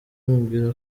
amubwira